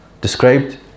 described